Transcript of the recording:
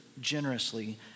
generously